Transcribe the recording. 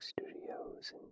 studios